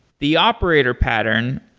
the operator pattern,